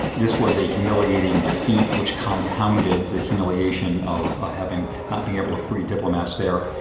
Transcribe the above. this was a humiliating defeat which compounded the humiliation of ah having not been able to free diplomats there.